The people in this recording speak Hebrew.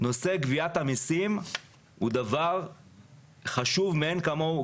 נושא גביית המסים הוא דבר חשוב מאין כמוהו,